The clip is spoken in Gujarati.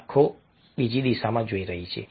આંખો બીજી દિશામાં જોઈ રહી છે